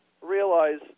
realize